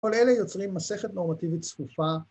‫כל אלה יוצרים מסכת נורמטיבית צפופה.